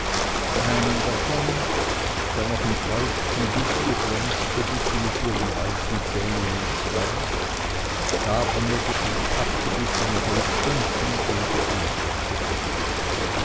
einen davon der noch im feuchten dufte glänzte biß sie mit ihren weißen zähnen entzwei gab mir die abgebissene hälfte und fing an die andere zu essen